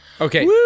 Okay